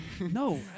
No